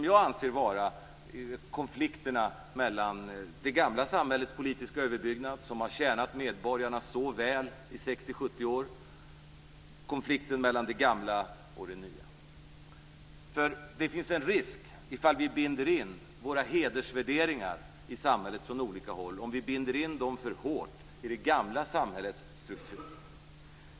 Jag anser att det finns konflikter när det gäller det gamla samhällets politiska överbyggnad som har tjänat medborgarna så väl i 60-70 år. Det är en konflikt mellan det gamla och det nya. Det finns en risk om vi binder in våra hedersvärderingar från olika håll i samhället för hårt i det gamla samhällets struktur.